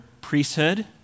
priesthood